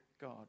God